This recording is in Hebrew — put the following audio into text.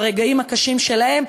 ברגעים הקשים שלהם,